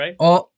right